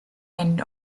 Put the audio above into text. end